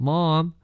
Mom